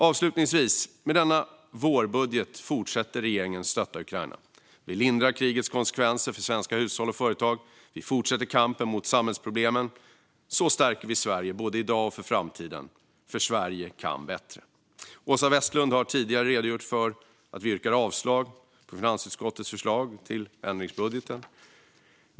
Avslutningsvis: Med denna vårbudget fortsätter regeringen att stötta Ukraina. Vi lindrar krigets konsekvenser för svenska hushåll och företag. Vi fortsätter kampen mot samhällsproblemen. Så stärker vi Sverige både i dag och för framtiden, för Sverige kan bättre. Åsa Westlund har tidigare redogjort för att vi yrkar avslag på finansutskottets förslag till ändringsbudget.